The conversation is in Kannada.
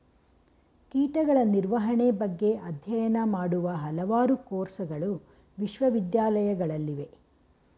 ಕೀಟಗಳ ನಿರ್ವಹಣೆ ಬಗ್ಗೆ ಅಧ್ಯಯನ ಮಾಡುವ ಹಲವಾರು ಕೋರ್ಸಗಳು ವಿಶ್ವವಿದ್ಯಾಲಯಗಳಲ್ಲಿವೆ